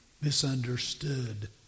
misunderstood